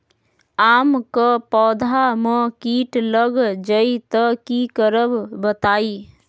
आम क पौधा म कीट लग जई त की करब बताई?